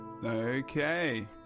Okay